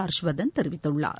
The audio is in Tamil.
ஹர்ஷ்வர்தன் தெரிவித்துள்ளார்